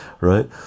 right